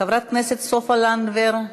חברת הכנסת סופה לנדבר,